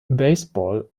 baseball